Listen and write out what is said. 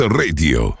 radio